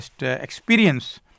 experience